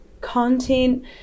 content